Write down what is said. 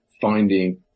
finding